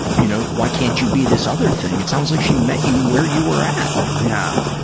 you know, why can't you be this other thing? it sounds like she met you where you were at. yeah.